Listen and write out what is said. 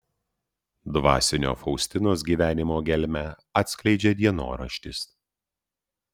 dvasinio faustinos gyvenimo gelmę atskleidžia dienoraštis